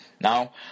now